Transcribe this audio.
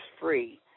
free